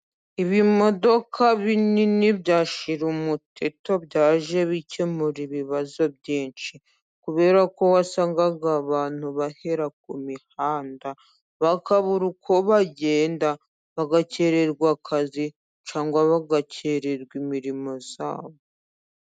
Ibimodoka binini bya shirumuteto byaje bikemura ibibazo byinshi.，kubera ko wasangaga abantu bahera ku mihanda， bakabura uko bagenda， bagakererwa akazi，cyangwa bagakererwa imirimo yabo.